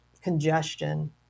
congestion